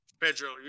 Pedro